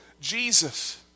Jesus